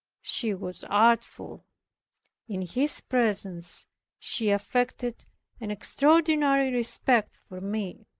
she was artful in his presence she affected an extraordinary respect for me.